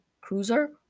cruiser